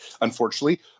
unfortunately